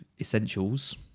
essentials